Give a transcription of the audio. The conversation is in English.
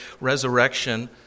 resurrection